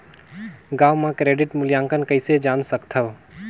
गांव म क्रेडिट मूल्यांकन कइसे जान सकथव?